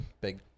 big